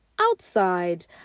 outside